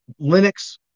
Linux